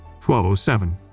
1207